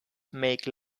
make